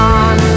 on